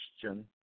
question